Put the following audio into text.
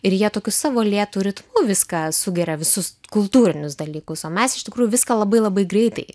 ir jie tokiu savo lėtu ritmu viską sugeria visus kultūrinius dalykus o mes iš tikrųjų viską labai labai greitai